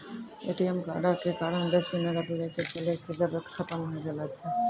ATM कार्डो के कारण बेसी नगद लैके चलै के जरुरत खतम होय गेलो छै